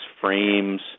frames